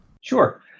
Sure